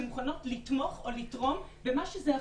שמוכנות לתמוך או לתרום במה שזה אחריותי,